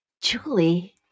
Julie